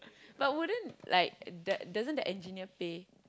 but wouldn't like the doesn't the engineer pay